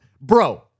Bro